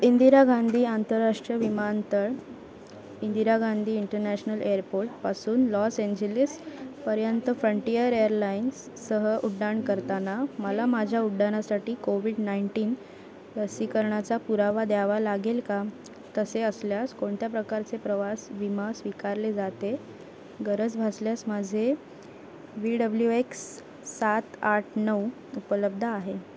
इंदिरा गांधी आंतरराष्ट्रीय विमानतळ इंदिरा गांधी इंटनॅशनल एअरपोर्टपासून लॉस एंजलिस पर्यंत फ्रंटियर एअरलाईन्स सह उड्डाण करताना मला माझ्या उड्डाणासाठी कोविड नाईंटीन लसीकरणाचा पुरावा द्यावा लागेल का तसे असल्यास कोणत्या प्रकारचे प्रवास विमा स्वीकारले जाते गरज भासल्यास माझे वी डब्ल्यू एक्स सात आठ नऊ उपलब्ध आहे